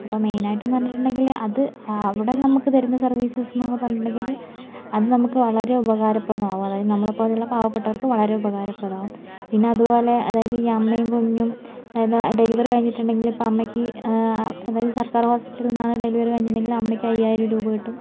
അപ്പോൾ മെയിനായിട്ടും എന്ന് പറഞ്ഞിട്ടുണ്ടെങ്കിൽ അത് അവിടെ നമുക്ക് തരുന്ന സർവീസസെന്ന് പറഞ്ഞിട്ടുണ്ടെങ്കിൽ അത് നമുക്ക് വളരെ ഉപകാരപ്രദമാവും അതായത് നമ്മളെ പോലെയുള്ള പാവപ്പെട്ടവർക്ക് വളരെ ഉപകാരപ്രദമാവും പിന്നെ അത് പോലെ അതായത് ഈ അമ്മയും കുഞ്ഞും അതായത് ഡെലിവറി കഴിഞ്ഞിട്ടുണ്ടെങ്കിൽ ഇപ്പോൾ അമ്മയ്ക്ക് അതായത് സർക്കാർ ഹോസ്പിറ്റൽ നിന്നാണ് ഡെലിവറി കഴിഞ്ഞിട്ടുണ്ടെങ്കിൽ അമ്മയ്ക്ക് അയ്യായിരം രൂപ കിട്ടും